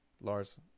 lars